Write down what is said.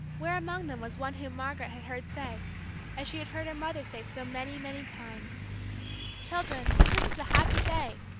where among them was one whom margaret had heard say as she had heard her mother say so many, many times children, this is a happy day,